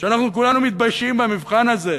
ואנחנו כולנו מתביישים במבחן הזה?